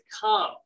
come